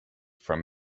from